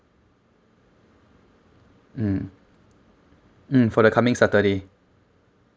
mm mm for the coming saturday